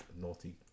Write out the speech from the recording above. naughty